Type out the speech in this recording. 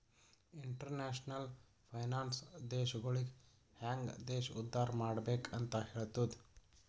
international finance ದೇಶಗೊಳಿಗ ಹ್ಯಾಂಗ್ ದೇಶ ಉದ್ದಾರ್ ಮಾಡ್ಬೆಕ್ ಅಂತ್ ಹೆಲ್ತುದ